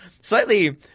slightly